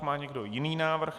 Má někdo jiný návrh?